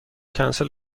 کنسل